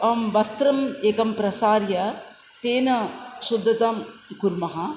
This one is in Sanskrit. अहम् वस्त्रम् एकं प्रसार्य तेन शुद्दतां कुर्मः